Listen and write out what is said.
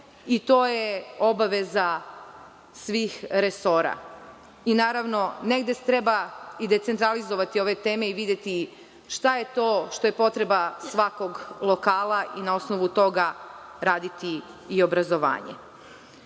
To je obaveza svih resora. Naravno, negde treba i decentralizovati ove teme i videti šta je to što je potreba svakog lokala i na osnovu toga raditi i obrazovanje. Kada